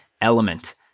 Element